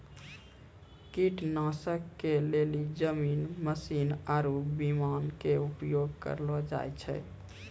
कीटनाशक के लेली जमीनी मशीन आरु विमान के उपयोग कयलो जाय छै